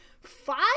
five